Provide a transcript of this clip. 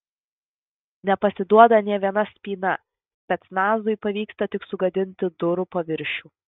nepasiduoda nė viena spyna specnazui pavyksta tik sugadinti durų paviršių